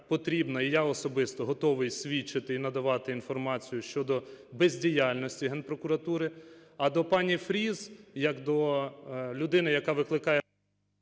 я особисто готовий свідчити і надавати інформацію щодо бездіяльності Генпрокуратури. А до пані Фріз як до людини, яка викликає…